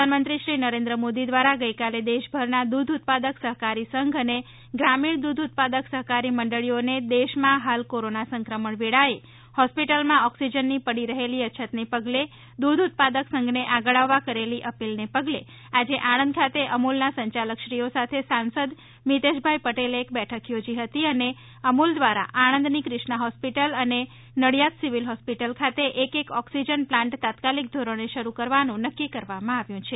પ્રધાનમંત્રી શ્રી નરેન્દ્ર મોદી દ્વારા ગઈ કાલે દેશભરના દૂધ ઉત્પાદક સહકારી સંઘ અને ગ્રામિણ દૂધ ઉત્પાદક સહકારી મંડળીઓને દેશમાં હાલ કોરોના સંક્રમણ વેળાએ હોસ્પિટલમાં ઓક્સિજનની પડી રહેલી અછતને પગલે દૂધ ઉત્પાદક સંઘને આગળ આવવા કરેલી અપીલને પગલે આજે આણંદ ખાતે અમૂલના સંચાલકશ્રીઓ સાથે સાંસદ શ્રી મિતેષ ભાઈ પટેલે એક બેઠક યોજી હતી અને અમૂલ દ્રારા આણંદ કિષ્ના હોસ્પીટલ અને નડિયાદ સિવીલ હોસ્પીટલ ખાતે એક એક ઓક્સિજન પ્લાન્ટ તાત્કાલિક ધોરણે શરૂ કરવાનુ નક્કી કરવામાં આવ્યું છે